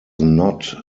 not